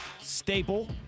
staple